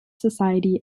society